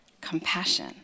compassion